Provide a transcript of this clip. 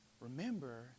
Remember